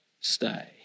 stay